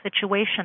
situation